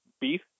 beef